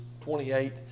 28